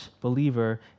believer